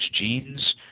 genes